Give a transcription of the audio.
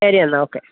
ശരിയെന്നാല് okay